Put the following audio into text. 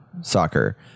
soccer